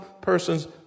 persons